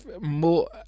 More